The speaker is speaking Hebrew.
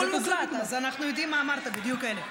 הכול מוקלט, אז אנחנו יודעים מה אמרת בדיוק, אלי.